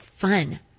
fun